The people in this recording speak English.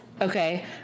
Okay